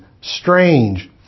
strange